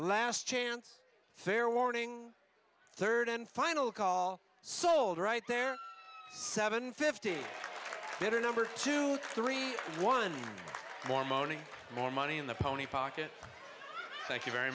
last chance fair warning third and final call sold right there seven fifty better number two three one more money more money in the pony pocket thank you very